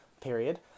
period